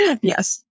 Yes